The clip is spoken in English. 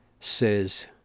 says